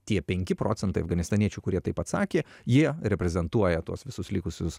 tie penki procentai afganistaniečių kurie taip atsakė jie reprezentuoja tuos visus likusius